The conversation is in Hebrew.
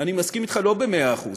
ואני מסכים אתך לא במאה אחוז